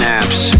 apps